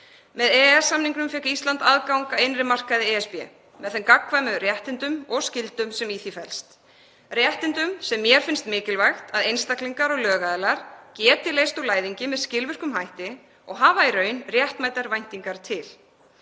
Með EES-samningnum fékk Ísland aðgang að innri markaði ESB með þeim gagnkvæmu réttindum og skyldum sem í því felst. Réttindum sem mér finnst mikilvægt að einstaklingar og lögaðilar geti leyst úr læðingi með skilvirkum hætti og hafa í raun réttmætar væntingar til.